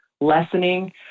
lessening